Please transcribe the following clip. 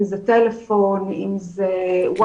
אם זה טלפון,